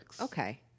Okay